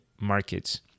markets